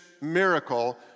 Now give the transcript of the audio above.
miracle